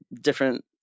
different